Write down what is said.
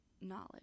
knowledge